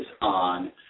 on